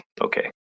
Okay